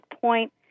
point